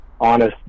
honest